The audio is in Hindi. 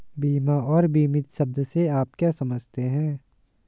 बीमा और बीमित शब्द से आप क्या समझते हैं?